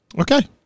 Okay